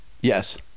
Yes